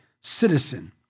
citizen